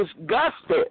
disgusted